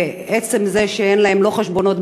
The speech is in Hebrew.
מעצם זה שאין להם לא חשבונות בנק,